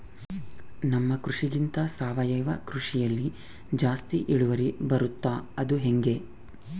ನಮ್ಮ ಕೃಷಿಗಿಂತ ಸಾವಯವ ಕೃಷಿಯಲ್ಲಿ ಜಾಸ್ತಿ ಇಳುವರಿ ಬರುತ್ತಾ ಅದು ಹೆಂಗೆ?